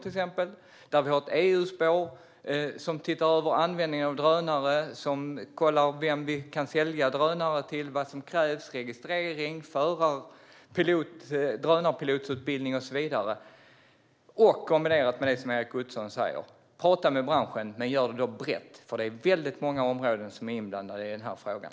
Vi har ett EU-spår som ser över användningen av drönare och kollar vem vi kan sälja drönare till och vad som krävs när det gäller registrering, drönarpilotutbildning och så vidare. Detta kan kombineras med det som Erik Ottoson säger. Prata med branschen men gör det brett, för det är väldigt många områden som är inblandade i den här frågan.